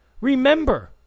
Remember